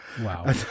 Wow